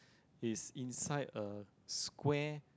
it's inside a square